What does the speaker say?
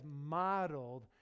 modeled